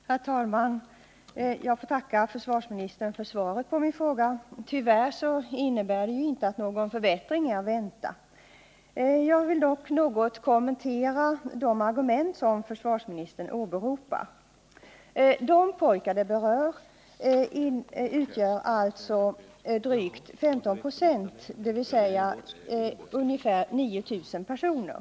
Herr talman! Jag vill tacka försvarsministern för svaret på min fråga. Tyvärr innebär det inte att någon förbättring är att vänta. Jag vill dock något kommentera de argument som försvarsministern åberopar. De pojkar som berörs utgör alltså drygt 15 96 av en årsklass, dvs. ungefär 9000 personer.